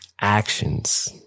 actions